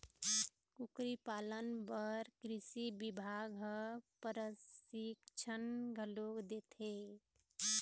कुकरी पालन बर कृषि बिभाग ह परसिक्छन घलोक देथे